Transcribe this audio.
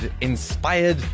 inspired